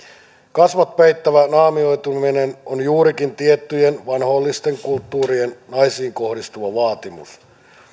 kasvot peittävä naamioituminen on juurikin tiettyjen vanhoillisten kulttuurien naisiin kohdistuva vaatimus